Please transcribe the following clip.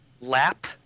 lap